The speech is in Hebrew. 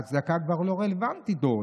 ההצדקה לא רלוונטית עוד.